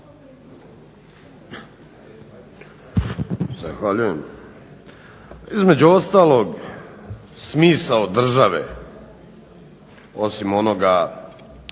Zahvaljujem. Između ostalog smisao države, osim onoga